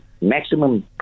maximum